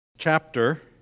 Chapter